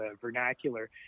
vernacular